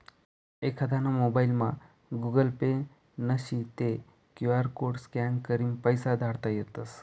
एखांदाना मोबाइलमा Google Pay नशी ते क्यु आर कोड स्कॅन करीन पैसा धाडता येतस